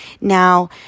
Now